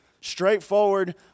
straightforward